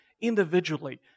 individually